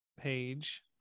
page